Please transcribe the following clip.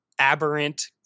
aberrant